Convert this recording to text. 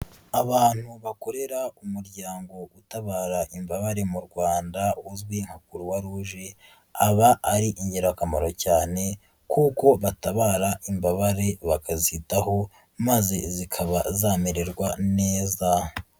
Abantu bakorera umuryango utabara imbabare mu Rwanda uzwi nka croix rouge aba ari ingirakamaro cyane kuko batabara imbabare bakazitaho maze zikaba zamererwa neza.